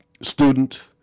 student